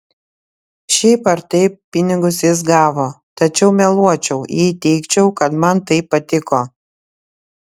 šiaip ar taip pinigus jis gavo tačiau meluočiau jei teigčiau kad man tai patiko